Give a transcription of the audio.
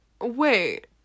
wait